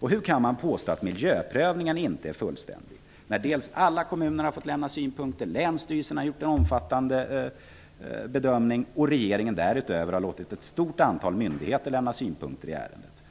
Hur kan man påstå att miljöprövningen inte är fullständig, när alla kommuner fått lämna synpunkter, när länsstyrelsen har gjort en omfattande bedömning och när regeringen därutöver låtit ett stort antal myndigheter lämna synpunkter i ärendet?